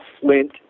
flint